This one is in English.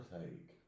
take